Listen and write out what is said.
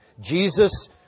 Jesus